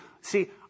See